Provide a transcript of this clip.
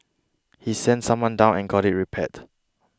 he sent someone down and got it repaired